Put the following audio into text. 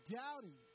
doubting